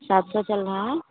सात सौ चल रहा है